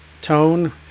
tone